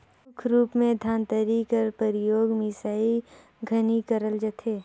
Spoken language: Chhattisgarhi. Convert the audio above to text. मुख रूप मे दँतरी कर परियोग मिसई घनी करल जाथे